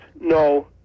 no